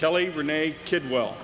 kelly renee kidwell